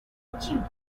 achieved